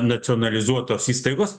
nacionalizuotos įstaigos